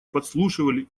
подслушивали